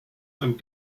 and